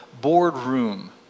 boardroom